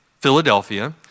Philadelphia